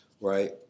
right